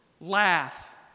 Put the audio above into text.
Laugh